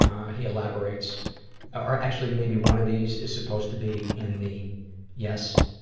um he elaborates or actually maybe one of these is supposed to be in the yes,